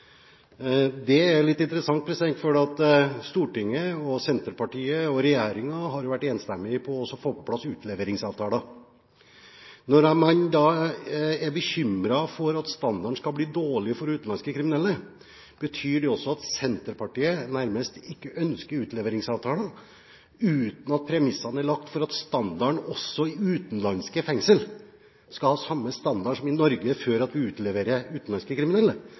Det er litt interessant, fordi i Stortinget, i Senterpartiet og i regjeringen har det vært enstemmighet om å få på plass utleveringsavtaler. Hvis man er bekymret for at standarden skal bli dårligere for utenlandske kriminelle, betyr det også at Senterpartiet ikke ønsker utleveringsavtaler hvis ikke premissene er lagt for at standarden i utenlandske fengsler skal være den samme som i Norge, før vi utleverer utenlandske kriminelle?